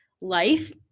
life